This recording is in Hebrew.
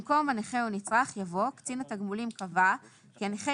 במקום "הנכה הוא נצרך" יבוא "קצין התגמולים קבע כי הנכה